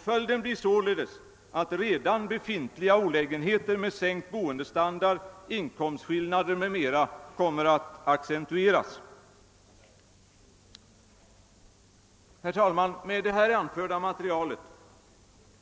Följden blir att redan befintliga olägenheter med sänkt boendestandard, inkomstskillnader o. d. kommer att accentueras. Herr talman! Med det här redovisade materialet